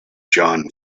john